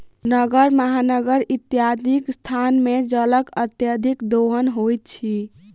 नगर, महानगर इत्यादिक स्थान मे जलक अत्यधिक दोहन होइत अछि